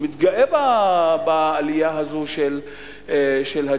הוא מתגאה בעלייה הזאת של ה-GDP.